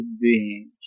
beings